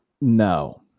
no